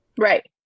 Right